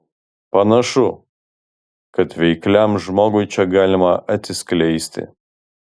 panašu kad veikliam žmogui čia galima atsiskleisti